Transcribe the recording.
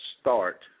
start